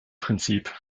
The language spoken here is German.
prinzip